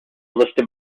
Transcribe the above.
listed